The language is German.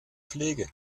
pflege